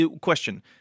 Question